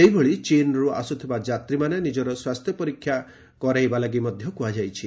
ସେହିଭଳି ଚୀନ୍ରୁ ଆସୁଥିବା ଯାତ୍ରୀମାନେ ନିଜର ସ୍ୱାସ୍ଥ୍ୟ ପରୀକ୍ଷା କରାଇବା ଲାଗି ମଧ୍ୟ କୁହାଯାଇଛି